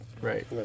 right